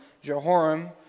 Jehoram